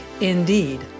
indeed